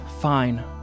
Fine